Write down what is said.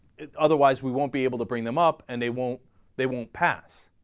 otherwise we won't be able to bring them up and they won't they won't pass